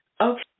Okay